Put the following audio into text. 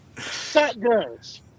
Shotguns